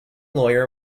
lawyer